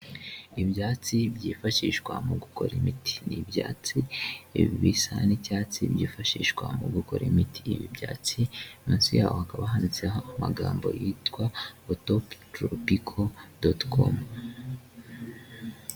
Ibyatsi byifashishwa mu gukora imiti n'ibyatsi bisa n'icyatsi byifashishwa mu gukora imiti ibi byatsi munsi yaho hakaba handitseho amagambo yitwa otopu toropiko donti komu.